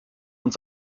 und